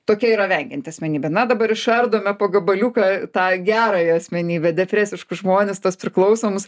tokia yra vengianti asmenybė na dabar išardome po gabaliuką tą gerąją asmenybę depresiškus žmones tuos priklausomus